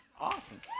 awesome